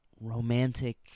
romantic